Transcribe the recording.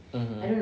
mmhmm